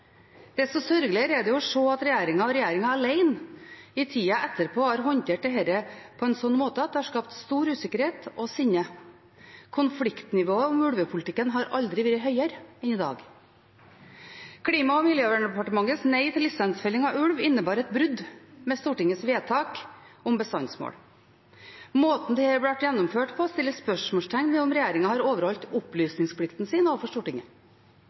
Desto mer sørgelig er det å se at regjeringen – og regjeringen alene – i tida etterpå har håndtert dette på en måte som har skapt stor usikkerhet og sinne. Konfliktnivået i ulvepolitikken har aldri vært høyere enn i dag. Klima- og miljødepartementets nei til lisensfelling av ulv innebar et brudd med Stortingets vedtak om bestandsmål. Måten dette ble gjennomført på, setter spørsmålstegn ved om regjeringen har overholdt opplysningsplikten sin overfor Stortinget.